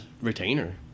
retainer